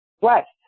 west